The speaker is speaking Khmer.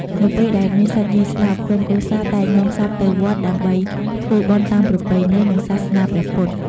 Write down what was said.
នៅពេលដែលមានសាច់ញាតិស្លាប់ ក្រុមគ្រួសារតែងនាំសពទៅវត្ត ដើម្បីធ្វើបុណ្យតាមប្រពៃណី និងសាសនាព្រះពុទ្ធ។